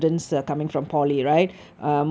ya yes